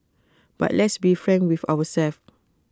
but let's be frank with ourselves